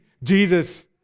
Jesus